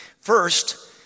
first